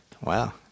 Wow